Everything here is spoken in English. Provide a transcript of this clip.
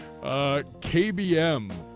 KBM